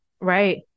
Right